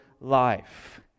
life